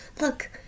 Look